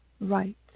right